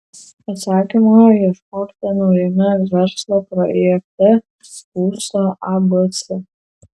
atsakymo ieškokite naujame verslo projekte būsto abc